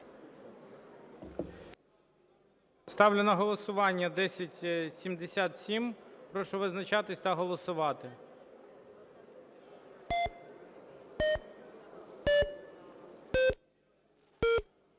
Ставлю на голосування 1077. Прошу визначатись та голосувати.